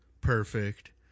Perfect